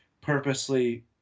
purposely